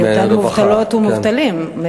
בהיותם מובטלות ומובטלים.